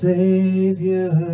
Savior